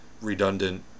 redundant